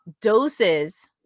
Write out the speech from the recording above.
doses